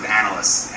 analysts